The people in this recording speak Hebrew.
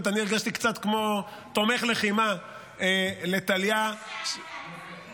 אני הרגשתי קצת כמו תומך לחימה לטליה ולעליזה,